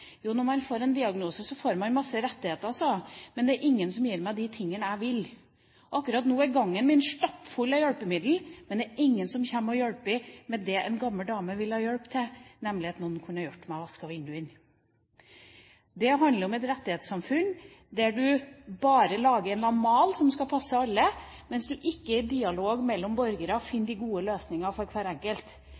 Jo, når man får en diagnose, får man mange rettigheter, svarte hun, men det er ingen som gir meg de tingene jeg vil – akkurat nå er gangen min stappfull av hjelpemidler, men det er ingen som kommer og hjelper med det en gammel dame vil ha hjelp til, nemlig å vaske vinduene. Det handler om et rettighetssamfunn, der du bare lager en eller annen mal som skal passe alle, mens du ikke i dialog mellom borgere finner de gode løsningene for hver enkelt.